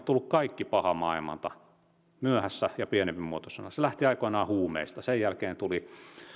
tullut kaikki paha maailmalta myöhässä ja pienempimuotoisena se lähti aikoinaan huumeista sen jälkeen tulivat